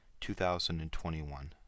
2021